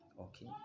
Okay